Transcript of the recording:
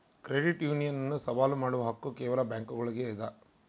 credit union ಅನ್ನು ಸವಾಲು ಮಾಡುವ ಹಕ್ಕು ಕೇವಲ ಬ್ಯಾಂಕುಗುಳ್ಗೆ ಇದ